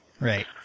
Right